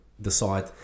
decide